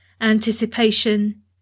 Anticipation